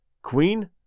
Queen